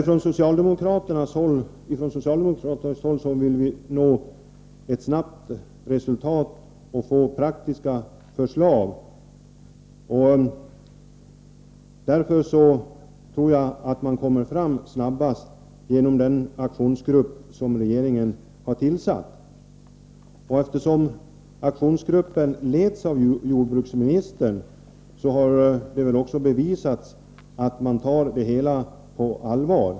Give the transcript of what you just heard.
Vi socialdemokrater vill nå ett snabbt resultat och få fram praktiska förslag. Jag tror att man kommer fram snabbast genom den aktionsgrupp som regeringen har tillsatt. Genom att aktionsgruppen leds av jordbruksministern har vi väl också bevisat att vi tar det hela på allvar.